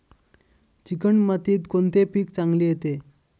Chicken मातीत कोणते पीक चांगले येते?